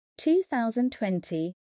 2020